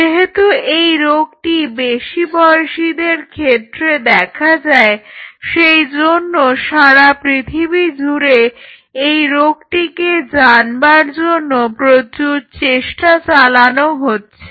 যেহেতু এই রোগটি বেশি বয়সীদের ক্ষেত্রে দেখা যায় সেই জন্য সারা পৃথিবী জুড়ে এই রোগটিকে জানবার জন্য প্রচুর চেষ্টা চালানো হচ্ছে